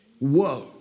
Whoa